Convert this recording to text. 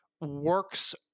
works